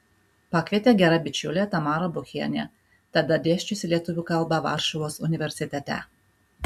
pakvietė gera bičiulė tamara buchienė tada dėsčiusi lietuvių kalbą varšuvos universitete